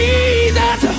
Jesus